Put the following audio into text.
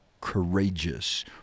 courageous